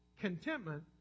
Contentment